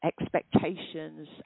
expectations